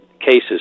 cases